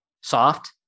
soft